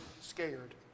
scared